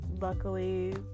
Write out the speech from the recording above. luckily